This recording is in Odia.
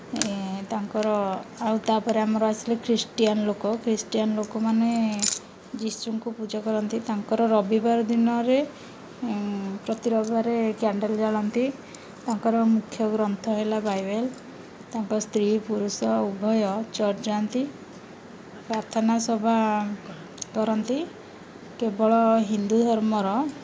ତାଙ୍କର ଆଉ ତା'ପରେ ଆମର ଆସିଲେ ଖ୍ରୀଷ୍ଟିଆନ୍ ଲୋକ ଖ୍ରୀଷ୍ଟିୟାନ୍ ଲୋକମାନେ ଯିଶୁଙ୍କୁ ପୂଜା କରନ୍ତି ତାଙ୍କର ରବିବାର ଦିନରେ ପ୍ରତି ରବିବାରରେ କ୍ୟାଣ୍ଡେଲ୍ ଜାଳନ୍ତି ତାଙ୍କର ମୁଖ୍ୟ ଗ୍ରନ୍ଥ ହେଲା ବାଇବେଲ୍ ତାଙ୍କ ସ୍ତ୍ରୀ ପୁରୁଷ ଉଭୟ ଚର୍ଚ୍ଚ୍ ଯାଆନ୍ତି ପ୍ରାର୍ଥନା ସଭା କରନ୍ତି କେବଳ ହିନ୍ଦୁ ଧର୍ମର